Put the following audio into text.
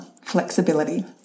flexibility